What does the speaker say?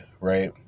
Right